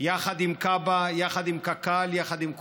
יחד עם כב"א, יחד עם קק"ל, יחד עם כולם.